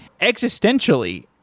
Existentially